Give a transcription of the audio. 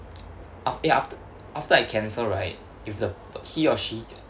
af~ eh af~ after I can cancel right if the he or she